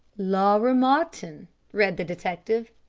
laura martin read the detective.